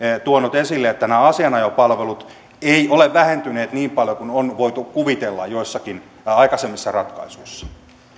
tuonut esille että nämä asianajopalvelut eivät ole vähentyneet niin paljon kuin on voitu kuvitella joissakin aikaisemmissa ratkaisuissa